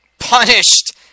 Punished